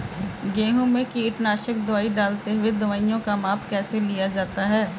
गेहूँ में कीटनाशक दवाई डालते हुऐ दवाईयों का माप कैसे लिया जाता है?